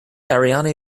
ariane